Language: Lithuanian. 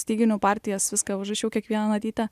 styginių partijas viską užrašiau kiekvieną natytę